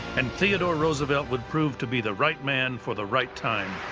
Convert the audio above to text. and theodore roosevelt would prove to be the right man for the right time.